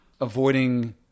avoiding